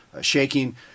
shaking